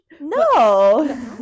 No